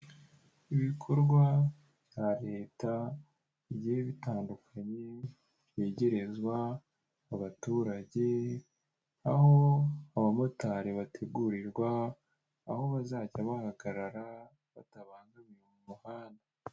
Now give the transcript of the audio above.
Ibikorwa bya leta bigiye bitandukanye byegerezwa abaturage aho abamotari bategurirwa aho bazajya bahagarara batabangamiye umuhanda.